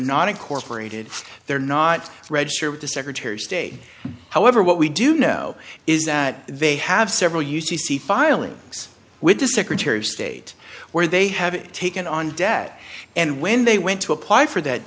not incorporated they're not register with the secretary of state however what we do know is that they have several u c c filings with the secretary of state where they have taken on debt and when they went to apply for that